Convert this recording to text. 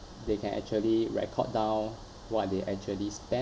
they can actually record down what they actually spend